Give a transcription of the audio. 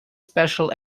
special